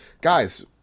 guys